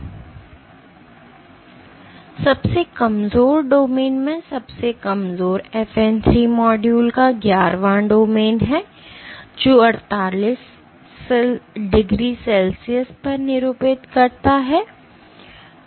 तो सबसे कमजोर डोमेन में सबसे कमजोर FN 3 मॉड्यूल का ग्यारहवां डोमेन है जो 48 डिग्री सेल्सियस पर निरूपित करता है